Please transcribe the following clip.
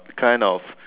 kind of